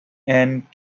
and